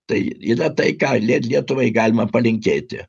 tai yra tai ką lie lietuvai galima palinkėti